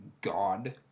God